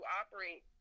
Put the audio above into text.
operate